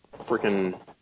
freaking